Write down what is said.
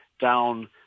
down